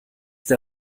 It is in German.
der